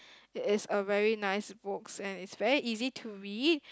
it is a very nice books and it's very easy to read